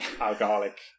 alcoholic